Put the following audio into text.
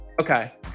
Okay